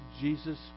Jesus